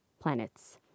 planets